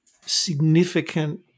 significant